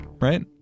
right